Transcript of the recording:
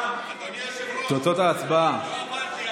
למאמץ הלאומי לצמצום התפשטות נגף הקורונה החדש (הוראת שעה),